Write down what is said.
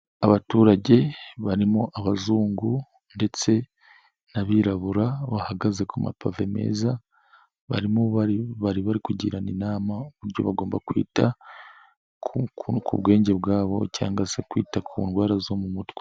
Abaturage barimo abazungu ndetse n'abirabura bahagaze ku mapave meza, barimo bari bari kugirana inama uburyo bagomba kwita ku bwenge bwabo cyangwa se kwita ku ndwara zo mu mutwe.